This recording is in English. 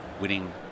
Winning